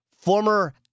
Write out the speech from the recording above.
former